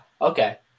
Okay